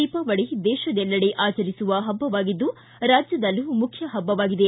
ದೀಪಾವಳಿ ದೇಶದೆಲ್ಲೆಡೆ ಆಚರಿಸುವ ಹಬ್ಬವಾಗಿದ್ದು ರಾಜ್ಯದಲ್ಲೂ ಮುಖ್ಯ ಪಬ್ಬವಾಗಿದೆ